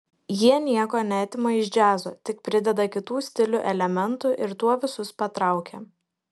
jie nieko neatima iš džiazo tik prideda kitų stilių elementų ir tuo visus patraukia